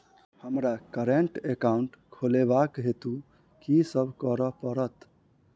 हमरा current account खोलेवाक हेतु की सब करऽ पड़त?